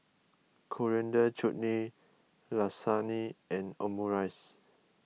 Coriander Chutney Lasagne and Omurice